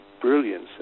brilliance